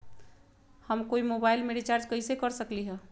हम कोई मोबाईल में रिचार्ज कईसे कर सकली ह?